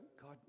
God